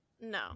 No